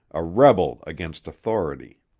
a rebel against authority.